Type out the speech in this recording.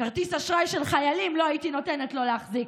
כרטיס אשראי של חיילים לא הייתי נותנת לו להחזיק,